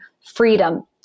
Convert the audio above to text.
freedom